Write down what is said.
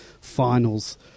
finals